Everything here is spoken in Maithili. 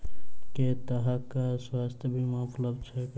केँ तरहक स्वास्थ्य बीमा उपलब्ध छैक?